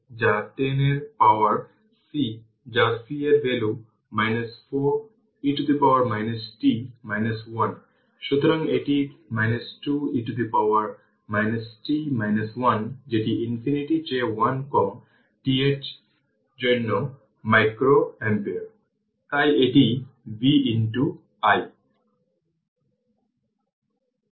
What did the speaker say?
সুতরাং 10 e power 25 t volt এই সহজ জিনিসটি পূর্বে ডেভেলোপড r সোর্সগুলি থেকে কেবল ডাটা রাখছি